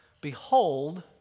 Behold